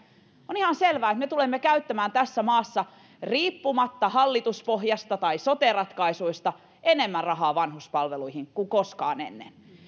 on ihan selvää että me tulemme käyttämään tässä maassa riippumatta hallituspohjasta tai sote ratkaisuista enemmän rahaa vanhuspalveluihin kuin koskaan ennen